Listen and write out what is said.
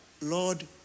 Lord